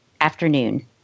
afternoon